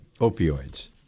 opioids